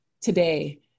today